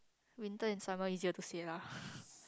winter and summer easier to say lah